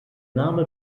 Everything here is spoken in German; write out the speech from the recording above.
name